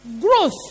growth